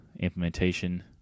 implementation